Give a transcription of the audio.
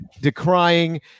decrying